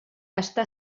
està